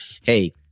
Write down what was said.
hey